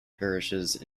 parishes